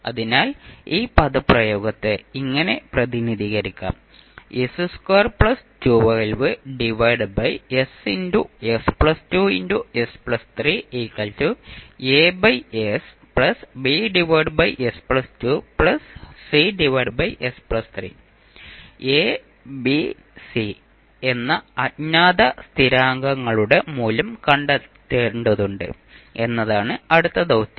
അതിനാൽ ഈ പദപ്രയോഗത്തെ ഇങ്ങനെ പ്രതിനിധീകരിക്കാം A B C എന്ന അജ്ഞാത സ്ഥിരാങ്കങ്ങളുടെ മൂല്യം കണ്ടെത്തേണ്ടതുണ്ട് എന്നതാണ് അടുത്ത ദൌത്യം